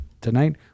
tonight